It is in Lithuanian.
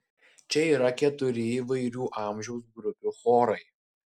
čia yra keturi įvairių amžiaus grupių chorai